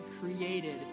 created